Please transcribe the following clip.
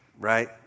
right